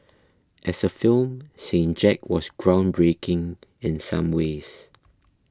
as a film Saint Jack was groundbreaking in some ways